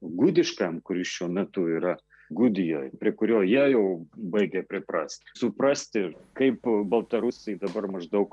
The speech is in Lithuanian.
gudiškam kuris šiuo metu yra gudijoj prie kurio jie jau baigia priprasti suprasti kaip baltarusiai dabar maždaug